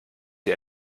sie